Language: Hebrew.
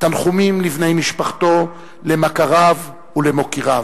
תנחומים לבני משפחתו, למכריו ולמוקיריו.